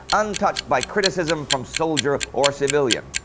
untouched by criticism from soldier or civilian.